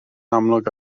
amlwg